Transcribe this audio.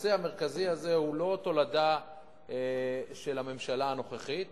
הנושא המרכזי הזה הוא לא תולדה של הממשלה הנוכחית